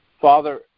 Father